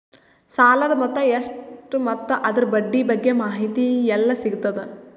ಸಾಲದ ಮೊತ್ತ ಎಷ್ಟ ಮತ್ತು ಅದರ ಬಡ್ಡಿ ಬಗ್ಗೆ ಮಾಹಿತಿ ಎಲ್ಲ ಸಿಗತದ?